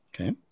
Okay